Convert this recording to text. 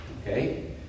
Okay